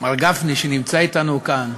מר גפני, שנמצא אתנו כאן,